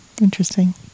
Interesting